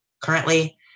Currently